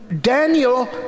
Daniel